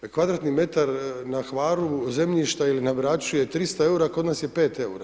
Kvadratni metar na Hvaru zemljišta ili na Braću je 300 eura, kod nas je 5 eura.